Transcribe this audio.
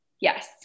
Yes